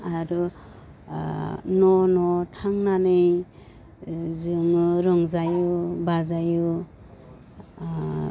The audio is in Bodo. आरो न' न' थांनानै जोङो रंजायो बाजायो